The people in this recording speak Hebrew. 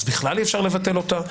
אז בכלל אי-אפשר לבטל אותה.